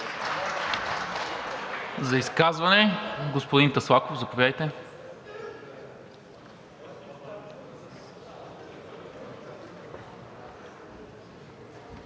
За изказване? Господин Таслаков, заповядайте.